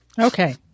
Okay